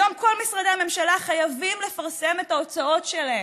כיום כל משרדי הממשלה חייבים לפרסם את ההוצאות שלהם,